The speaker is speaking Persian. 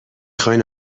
خواین